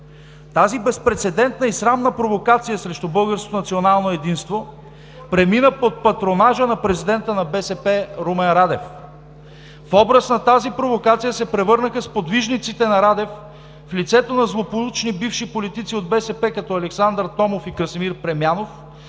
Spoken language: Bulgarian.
Тази безпрецедентна и срамна провокация срещу българското национално единство премина под патронажа на президента на БСП Румен Радев. В образ на тази провокация се превърнаха сподвижниците на Радев в лицето на злополучни бивши политици от БСП като Александър Томов и Красимир Премянов